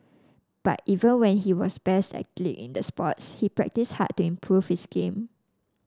but even when he was best athlete in the sport he practised hard to improve his game